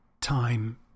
time